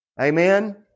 Amen